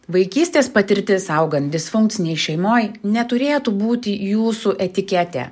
vaikystės patirtis augant disfunkcinėj šeimoj neturėtų būti jūsų etiketė